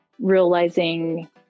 realizing